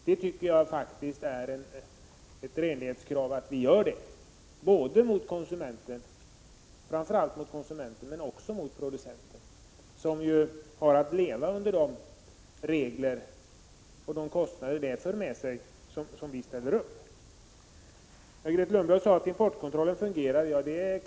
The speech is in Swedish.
Jag tycker faktiskt att det är ett renlighetskrav att vi gör det, framför allt gentemot konsumenterna men också gentemot producenterna, som ju har att leva under de regler som vi ställer upp och de kostnader dessa för med sig. Importkontrollen fungerar, sade Grethe Lundblad.